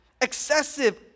excessive